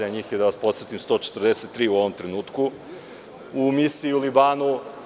Njih je, da vas podsetim 143 u ovom trenutku u misiji u Libanu.